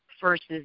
versus